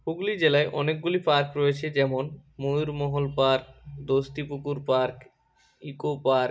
হুগলি জেলায় অনেকগুলি পার্ক রয়েছে যেমন Mayurmahal park Dostipukur park eco park